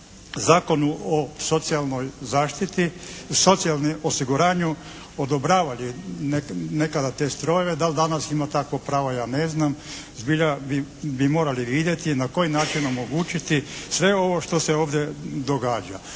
Zakonu o socijalnom osiguranju odobravali nekada te strojeve. Da li danas ima takvo pravo ja ne znam, zbilja bi morali vidjeti na koji način omogućiti sve ovo što se ovdje događa.